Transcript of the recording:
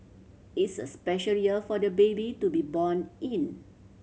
it's a special year for the baby to be born in